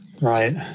Right